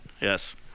yes